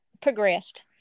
progressed